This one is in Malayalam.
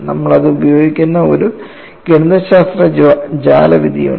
നമ്മൾ അത് ഉപയോഗിക്കുന്ന ഒരു ഗണിതശാസ്ത്ര ജാലവിദ്യയുണ്ട്